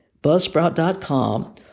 Buzzsprout.com